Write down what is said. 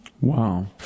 Wow